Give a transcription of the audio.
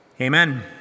amen